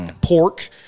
pork